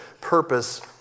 purpose